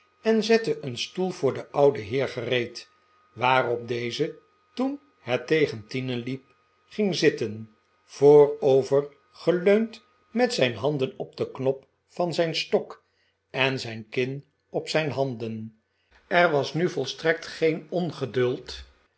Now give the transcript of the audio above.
en zette een stoel voor den ouden heer gereed waarop deze toen het tegen tienen liep ging zitten voorovergeleund met zijn handen op den knop van zijn stok en zijn kin op zijn handen er was nu volstrekt geen ongeduld